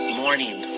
morning